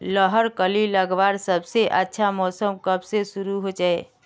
लहर कली लगवार सबसे अच्छा समय कब से शुरू होचए?